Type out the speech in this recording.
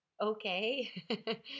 okay